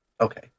Okay